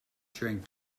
during